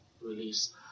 release